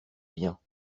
biens